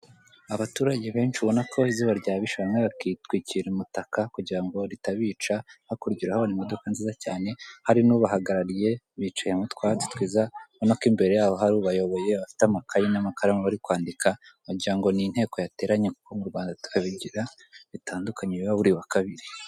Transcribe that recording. Abaturage benshi ubona kozuba ryabishe bamwe bakitwikira umutaka kugira ngo ritabica, hakuryaho imodoka nziza cyane hari n'ubahagarariye bicaye mu twatsi twiza, urabona ko imbere yabo hari abayoboye bafite amakayi n'amakaramu bari kwandika, wagirango ni inteko yateranye kuko mu Rwanda tukabigira bitandukanye biba buri wa kabiri.